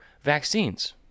vaccines